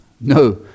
No